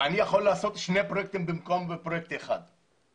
אני יכול לעשות שני פרויקטים במקום פרויקט אחד.